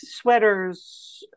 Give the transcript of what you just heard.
sweaters